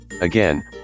Again